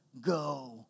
go